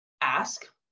ask